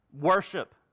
worship